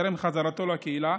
טרם חזרתו לקהילה.